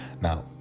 Now